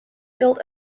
built